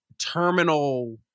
Terminal